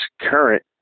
current